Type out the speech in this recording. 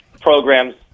programs